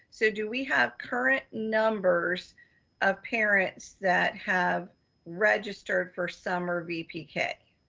so do we have current numbers of parents that have registered for summer vpk?